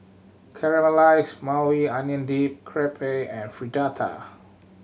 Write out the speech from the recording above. Caramelized Maui Onion Dip Crepe and Fritada